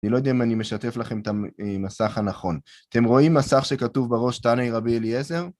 אני לא יודע אם אני משתף לכם את המסך הנכון. אתם רואים מסך שכתוב בראש תנאי רבי אליעזר?